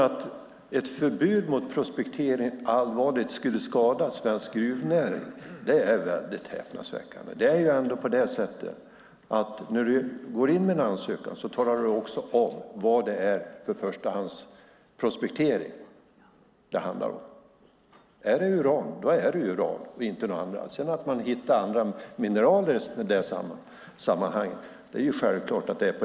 Att ett förbud mot prospektering allvarligt skulle skada svensk gruvnäring är ett häpnadsväckande påstående. När du går in med en ansökan talar du också om vilken förstahandsprospektering det handlar om. Är det uran då är det uran, inget annat. Att man sedan hittar andra mineraler i sammanhanget är en självklarhet.